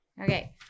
Okay